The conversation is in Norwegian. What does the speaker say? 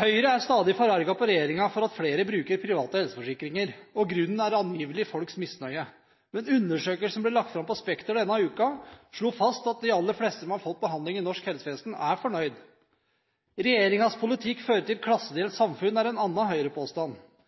Høyre er stadig forarget på regjeringen for at flere bruker private helseforsikringer – grunnen er granngivelig folks misnøye. Men en undersøkelse som ble lagt fram på Spekter denne uken, slo fast at de aller fleste som har fått behandling i norsk helsevesen, er fornøyd. At regjeringens politikk fører til et klassedelt samfunn, er en